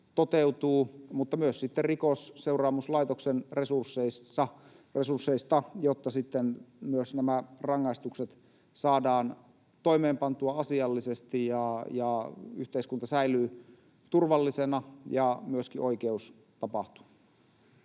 sitten myös Rikosseuraamuslaitoksen resursseista, jotta sitten nämä rangaistukset myös saadaan toimeenpantua asiallisesti ja yhteiskunta säilyy turvallisena ja myöskin oikeus tapahtuu.